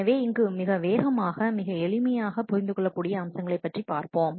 எனவே இங்கு மிக வேகமாக மிக எளிமையாக புரிந்து கொள்ளக்கூடிய அம்சங்களைப் பற்றி பார்ப்போம்